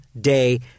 day